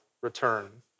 return